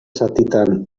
zatitan